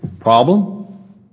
Problem